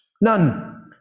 none